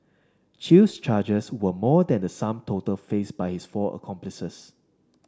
Chew's charges were more than the sum total faced by his four accomplices